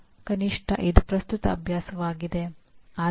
ಕನಿಷ್ಠ ಇದು ಪ್ರಸ್ತುತ ಅಭ್ಯಾಸವಾಗಿದೆ